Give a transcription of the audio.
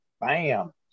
Bam